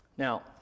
Now